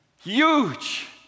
huge